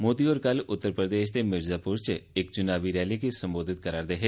मोदी होर कल उत्तर प्रदेश दे मिर्जाप्र च इक चुनावी रैली गी सम्बोधित करा रदे है